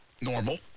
normal